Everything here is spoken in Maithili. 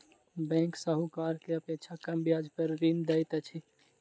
बैंक साहूकार के अपेक्षा कम ब्याज पर ऋण दैत अछि